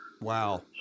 Wow